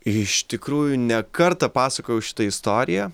iš tikrųjų ne kartą pasakojau šitą istoriją